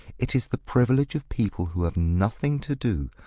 it is the privilege of people who have nothing to do.